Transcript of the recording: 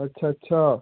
ਅੱਛਾ ਅੱਛਾ